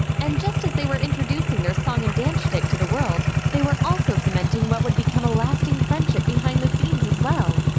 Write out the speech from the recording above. and just as they were introducing their song and dance schtick to the world, they were also cementing what would become a lasting friendship behind the scenes as well.